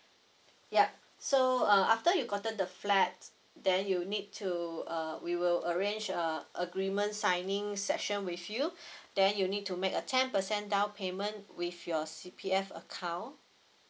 yup so uh after you gotten the flat then you need to uh we will arrange a agreement signing session with you then you need to make a ten percent down payment with your C P F account